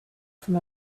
from